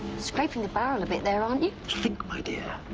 scraping the barrel a bit there aren't you? think, my dear!